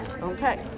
Okay